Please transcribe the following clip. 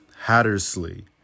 Hattersley